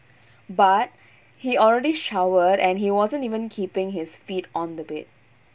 but he already showered and he wasn't even keeping his feet on the bed